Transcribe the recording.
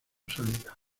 salida